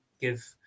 give